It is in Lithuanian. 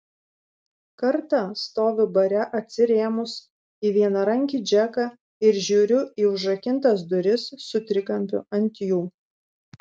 kartą stoviu bare atsirėmus į vienarankį džeką ir žiūriu į užrakintas duris su trikampiu ant jų